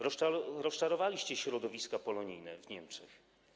Rozczarowaliście środowiska polonijne w Niemczech.